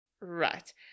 Right